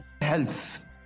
health